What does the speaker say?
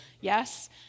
yes